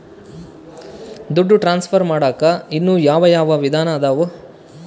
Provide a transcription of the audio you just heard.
ದುಡ್ಡು ಟ್ರಾನ್ಸ್ಫರ್ ಮಾಡಾಕ ಇನ್ನೂ ಯಾವ ಯಾವ ವಿಧಾನ ಅದವು?